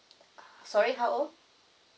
sorry how old